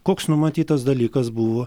koks numatytas dalykas buvo